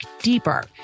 deeper